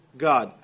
God